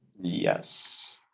Yes